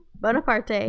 Bonaparte